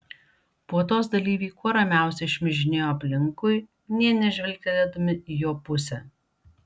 puotos dalyviai kuo ramiausiai šmižinėjo aplinkui nė nežvilgtelėdami į jo pusę